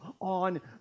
on